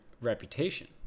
reputation